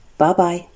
Bye-bye